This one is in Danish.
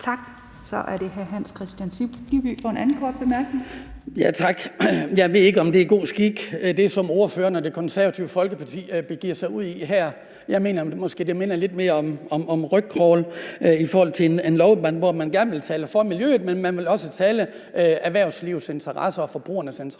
Tak. Så er det hr. Hans Kristian Skibby for den anden korte bemærkning. Kl. 10:44 Hans Kristian Skibby (DD): Tak. Jeg ved ikke, om det, som ordføreren og Det Konservative Folkeparti begiver sig ud i her, er god skik. Jeg mener måske, det minder lidt mere om rygcrawl i forhold til en lov, hvor man gerne vil tale for miljøet, men man også vil tale erhvervslivets interesser og forbrugernes interesser.